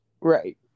Right